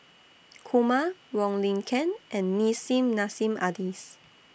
Kumar Wong Lin Ken and Nissim Nassim Adis